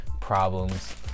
problems